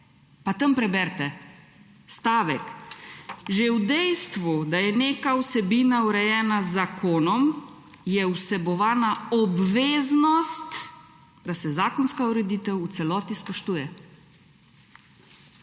pa tam preberite stavek. Že v dejstvu, da je neka vsebina urejana z zakonom je vsebovana obveznost, da se zakonska ureditev v celoti spoštuje.